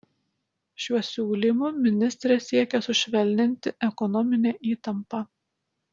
šiuo siūlymu ministrė siekia sušvelninti ekonominę įtampą